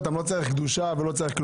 לא צריך קדושה ולא צריך כלום.